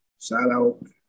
Shout-out